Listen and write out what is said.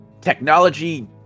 technology